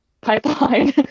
pipeline